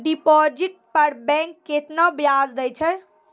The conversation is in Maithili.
डिपॉजिट पर बैंक केतना ब्याज दै छै?